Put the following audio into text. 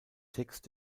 text